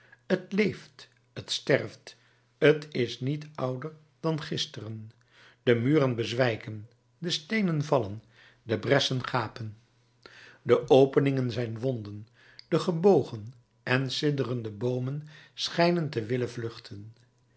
t leeft t sterft t is niet ouder dan gisteren de muren bezwijken de steenen vallen de bressen gapen de openingen zijn wonden de gebogen en sidderende boomen schijnen te willen vluchten